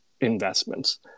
investments